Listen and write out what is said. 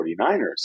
49ers